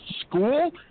school